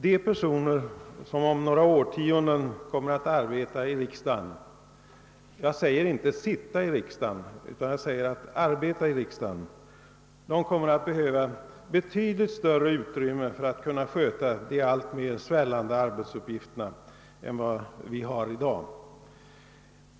De personer som om några årtionden kommer att arbeta i riksdagen — jag säger inte sitta i riksdagen — kommer att behöva betydligt större utrymmen för att kunna sköta de alltmer svällande arbetsuppgifterna än vad som står till förfogande i dag.